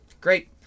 Great